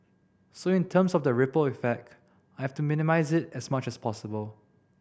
so in terms of the ripple effect I have to minimise it as much as possible